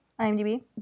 IMDb